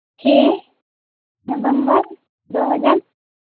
November ᱫᱩᱦᱟᱡᱟᱨ